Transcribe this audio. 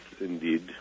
indeed